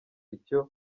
icyo